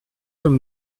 comme